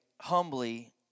humbly